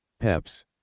Peps